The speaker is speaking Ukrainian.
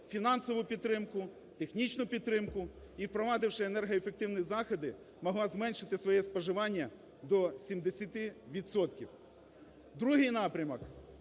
фінансову підтримку, технічну підтримку і впровадивши енергоефективні заходи, могла зменшити своє споживання до 70 відсотків. Другий напрямок